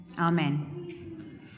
Amen